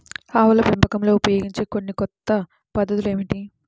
ఆవుల పెంపకంలో ఉపయోగించే కొన్ని కొత్త పద్ధతులు ఏమిటీ?